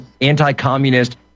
anti-communist